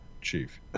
Chief